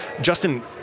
Justin